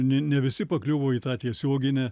ne ne visi pakliuvo į tą tiesioginę